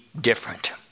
different